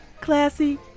Classy